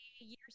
years